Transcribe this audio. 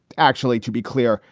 actually, to be clear,